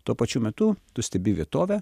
tuo pačiu metu tu stebi vietovę